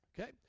Okay